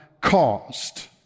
caused